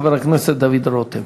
חבר הכנסת דוד רותם.